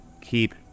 Keep